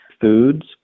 foods